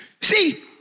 See